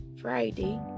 Friday